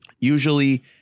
Usually